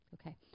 Okay